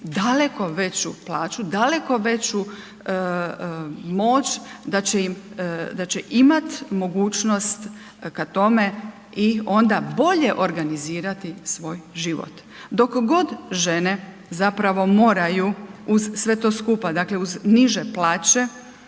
daleko veću plaću, daleko veću moć, da će imat mogućnost ka tome i onda bolje organizirati svoj život. Dok god žene zapravo moraju uz sve to skupa, dakle uz niže plaće